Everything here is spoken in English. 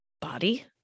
Body